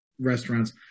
restaurants